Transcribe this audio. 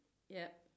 ya